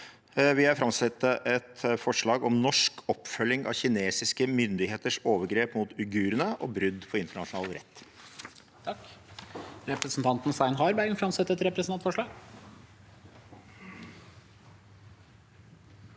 et representantforslag om norsk oppfølging av kinesiske myndigheters overgrep mot uigurene og brudd på internasjonal rett.